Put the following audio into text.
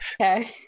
Okay